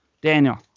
Daniel